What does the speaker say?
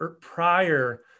prior